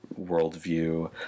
worldview